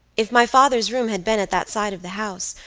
if my father's room had been at that side of the house,